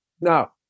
Now